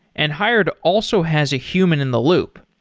and hired also has a human in the loop.